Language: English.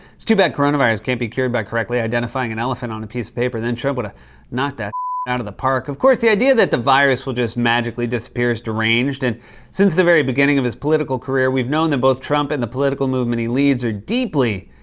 it's too bad coronavirus can't be cured by correctly identifying an elephant on a piece of paper. then trump would have knocked that out of the park. of course, the idea that the virus will just magically disappear is deranged. and since the very beginning of his political career, we've known that both trump and the political movement he leads are deeply,